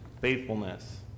faithfulness